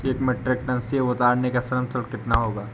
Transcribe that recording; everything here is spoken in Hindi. एक मीट्रिक टन सेव उतारने का श्रम शुल्क कितना होगा?